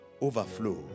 overflow